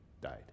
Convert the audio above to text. died